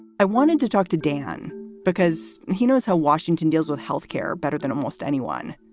i wanted to talk to dan because he knows how washington deals with health care better than almost anyone.